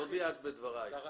אז לא דייקת בדבריך,